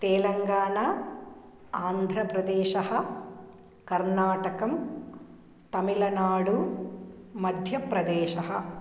तेलङ्गाना आन्ध्रप्रदेशः कर्नाटकं तमिलनाडु मध्यप्रदेशः